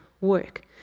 work